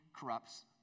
corrupts